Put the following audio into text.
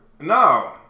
No